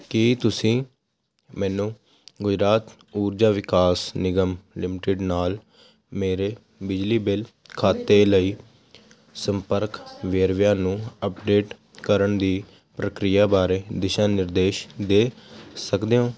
ਕੀ ਤੁਸੀਂ ਮੈਨੂੰ ਗੁਜਰਾਤ ਊਰਜਾ ਵਿਕਾਸ ਨਿਗਮ ਲਿਮਟਿਡ ਨਾਲ ਮੇਰੇ ਬਿਜਲੀ ਬਿੱਲ ਖਾਤੇ ਲਈ ਮੇਰੇ ਸੰਪਰਕ ਵੇਰਵਿਆਂ ਨੂੰ ਅਪਡੇਟ ਕਰਨ ਦੀ ਪ੍ਰਕਿਰਿਆ ਬਾਰੇ ਦਿਸ਼ਾ ਨਿਰਦੇਸ਼ ਦੇ ਸਕਦੇ ਹੋਂ